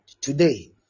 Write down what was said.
today